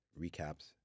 recaps